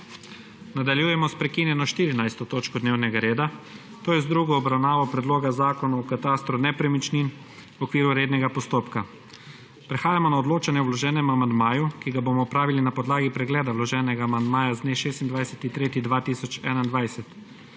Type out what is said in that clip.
Nadaljujemo s prekinjeno 14. točko dnevnega reda, to je z drugo obravnavo Predloga zakona o katastru nepremičnin, v okviru rednega postopka. Prehajamo na odločanje o vloženem amandmaju, ki ga bomo opravili na podlagi pregleda vloženega amandmaja z dne 26. 3. 2021.